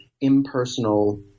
impersonal